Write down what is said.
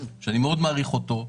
שאני מאוד מעריך אותו,